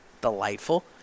delightful